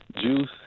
juice